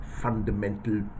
fundamental